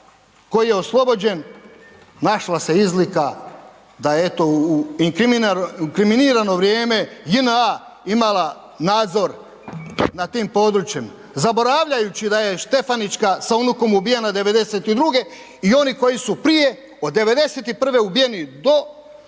koji je oslobođen, našla se izlika, da eto, u inkriminirano vrijeme JNA imala nadzor nad tim područjem, zaboravljajući da je Štefanićka sa unukom ubijena 92.-e i oni koji su prije, od 91.-e ubijeni do pada